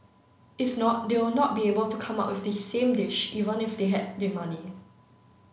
if not they'll not be able to come up with the same dish even if they had the money